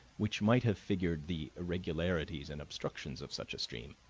which might have figured the irregularities and obstructions of such a stream.